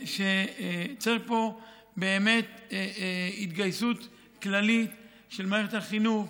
שצריך פה באמת התגייסות כללית של מערכת החינוך,